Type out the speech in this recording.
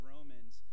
Romans